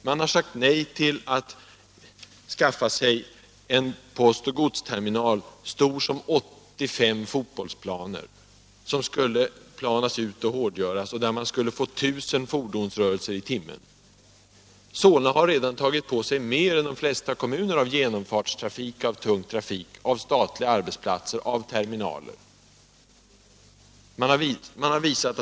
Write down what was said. Man har sagt nej till en postoch godsterminal, stor — statsrådens som 85 fotbollsplaner, en yta som skulle planas ut och hårdgöras och = tjänsteutövning där man skulle få 1 000 fordonsrörelser i timmen. Solna har redan tagit — m.m. på sig mer än de flesta kommuner av genomfartstrafik, tung trafik, statliga arbetsplatser och terminaler.